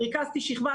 ריכזתי שכבה,